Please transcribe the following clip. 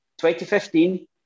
2015